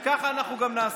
וככה אנחנו גם נעשה.